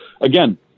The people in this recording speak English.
again